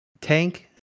tank